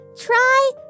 try